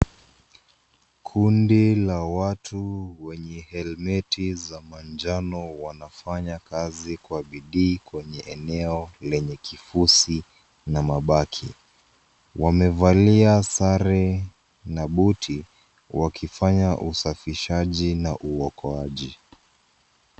Kundi la watu wenye helmeti za manjano wanafanya kazi kwa bidii kwenye eneo lenye kifusi na mabaki. Wamevalia sare na buti wakifanya usafishaji na uokoaji.